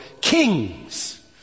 kings